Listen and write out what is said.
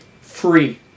free